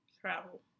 travel